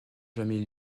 jamais